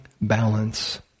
balance